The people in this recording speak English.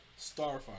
Starfire